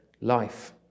life